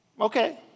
Okay